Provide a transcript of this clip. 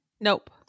Nope